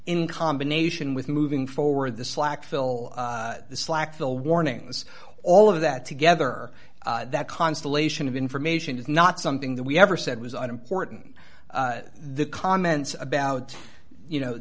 in combination with moving forward the slack phil slack the warnings or all of that together that constellation of information is not something that we ever said was unimportant the comments about you know